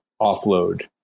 offload